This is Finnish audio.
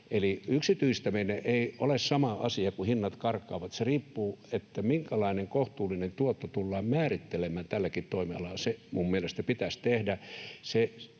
Eli yksityistäminen ei ole sama asia kuin se, että hinnat karkaavat. Se riippuu siitä, minkälainen kohtuullinen tuotto tullaan määrittelemään tälläkin toimialalla. Se minun mielestäni pitäisi tehdä.